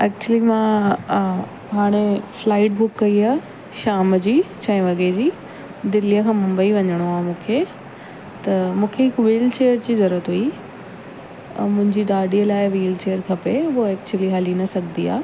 जी मां हाणे flight book कई आहे शाम जी छहें वॻे जी दिल्लीअ खां मुम्बई वञिणो आहे मूंखे त मूंखे हिकु वीलचेयर जी ज़रूरत हुई मुंहिंजी ॾाॾीअ लाइ वीलचेयर खपे उहा एक्चूली हली न सघंदी आहे